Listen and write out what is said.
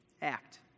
act